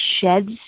sheds